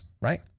right